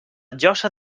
llosa